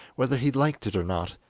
whether he liked it or not,